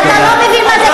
אני לא מבין?